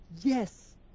Yes